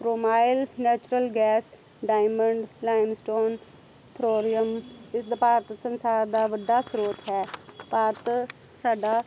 ਫਰੋਮਾਇਲ natural gas diamond limestone ਫ੍ਰੋਰੀਅਮ ਇਸ ਦਾ ਭਾਰਤ ਸੰਸਾਰ ਦਾ ਵੱਡਾ ਸਰੋਤ ਹੈ ਭਾਰਤ ਸਾਡਾ